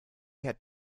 had